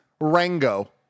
Rango